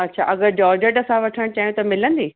अच्छा अगरि झॉरझट असां वठण चाहियूं त मिलंदी